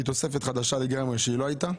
היא תוספת חדשה לגמרי שלא הייתה,